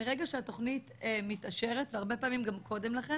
מרגע שהתוכנית מתאשרת והרבה פעמים גם קודם לכן